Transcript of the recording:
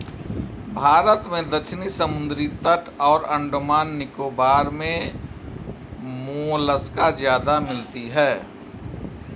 भारत में दक्षिणी समुद्री तट और अंडमान निकोबार मे मोलस्का ज्यादा मिलती है